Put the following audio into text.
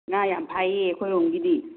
ꯉꯥ ꯌꯥꯝ ꯐꯥꯏꯌꯦ ꯑꯩꯈꯣꯏꯔꯣꯝꯒꯤꯗꯤ